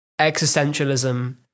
existentialism